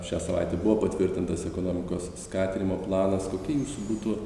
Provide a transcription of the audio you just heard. šią savaitę buvo patvirtintas ekonomikos skatinimo planas kokia jūsų būtų